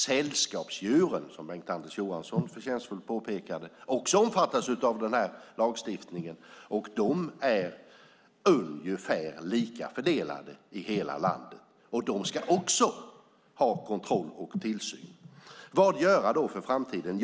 Sällskapsdjuren, som Bengt-Anders Johansson förtjänstfullt påpekade, omfattas ju också av den här lagstiftningen, och de är ungefär lika fördelade i hela landet, och de ska också ha kontroll och tillsyn. Vad göra då för framtiden?